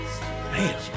Man